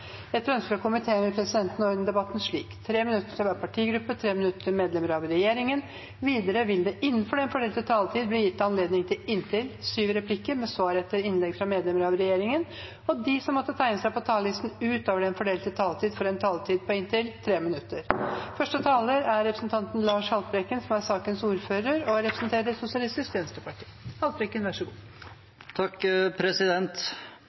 Etter ønske fra energi- og miljøkomiteen vil presidenten ordne debatten slik: 3 minutter til hver partigruppe og 3 minutter til medlemmer av regjeringen. Videre vil det – innenfor den fordelte taletid – bli gitt anledning til inntil syv replikker med svar etter innlegg fra medlemmer av regjeringen, og de som måtte tegne seg på talerlisten utover den fordelte taletid, får også en taletid på inntil 3 minutter. Maridalen er en dal med rik og